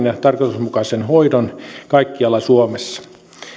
ja tarkoituksenmukaisen hoidon kaikkialla suomessa